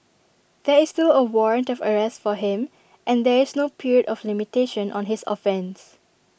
there is still A warrant of arrest for him and there is no period of limitation on his offence